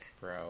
Bro